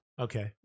okay